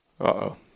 Uh-oh